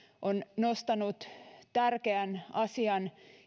on nostanut keskusteluun tärkeän asian